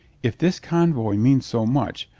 if this convoy means so much,